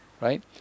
Right